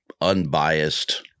unbiased